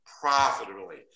profitably